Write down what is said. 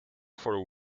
for